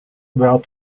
about